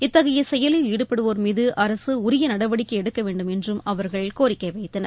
த்தகைய செயலில் ஈடுபடுவோர் மீது அரசு உரிய நடவடிக்கை எடுக்க வேண்டும் என்று அவர்கள் கோரிக்கை வைத்தனர்